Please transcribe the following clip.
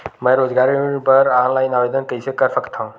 मैं रोजगार ऋण बर ऑनलाइन आवेदन कइसे कर सकथव?